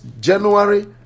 January